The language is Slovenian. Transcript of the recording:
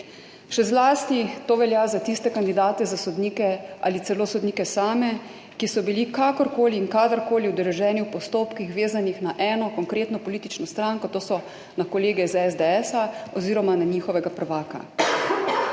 Še zlasti to velja za tiste kandidate za sodnike ali celo sodnike same, ki so bili kakorkoli in kadarkoli udeleženi v postopkih, vezanih na eno konkretno politično stranko, to je na kolege iz SDS oziroma na njihovega prvaka.